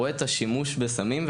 רואה את השימוש בסמים,